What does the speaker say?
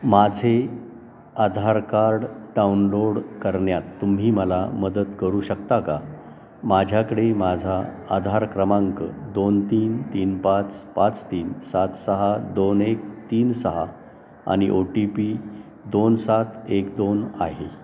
माझे Aadhaar card download करण्यात तुम्ही मला मदत करू शकता का माझ्याकडे माझा आधार क्रमांक दोन तीन तीन पाच पाच तीन सात सहा दोन एक तीन सहा आणि ओ टी पी दोन सात एक दोन आहे